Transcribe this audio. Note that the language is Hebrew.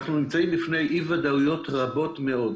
כי אנחנו נמצאים בפני אי-ודאויות רבות מאוד,